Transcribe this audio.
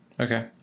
Okay